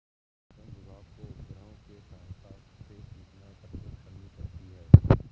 मौसम विभाग को उपग्रहों के सहायता से सूचनाएं एकत्रित करनी पड़ती है